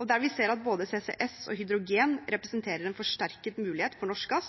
og der vi ser at både CCS og hydrogen representerer en forsterket mulighet for norsk gass